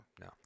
No